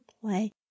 play